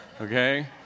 Okay